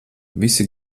visi